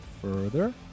further